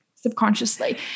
subconsciously